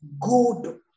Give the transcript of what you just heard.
good